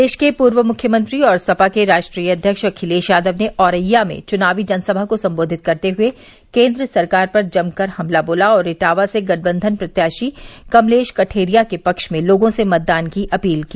प्रदेश के पूर्व मुख्यमंत्री और सपा के राष्ट्रीय अव्यक्ष अखिलेश यादव ने औरैया में चुनावी जनसभा को संबोधित करते हये केन्द्र सरकार पर जमकर हमला बोला और इटावा से गठबंधन प्रत्याशी कमलेश कठेरिया के पक्ष में लोगों से मतदान की अपील की